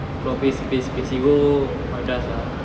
பேசி பேசி பேசி:pesi pesi pesi go madrasah